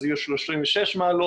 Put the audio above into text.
אז יהיו 36 מעלות,